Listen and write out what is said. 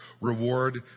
Reward